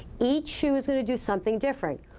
each shoe is going to do something different.